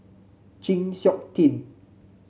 Chng Seok Tin